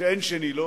שאין שני לו